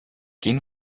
gehen